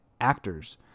actors